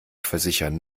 versichern